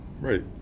Right